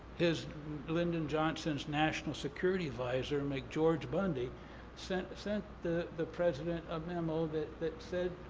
as lyndon johnson's national security advisor, mcgeorge bundy sent sent the the president a memo that that said,